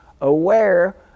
aware